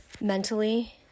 mentally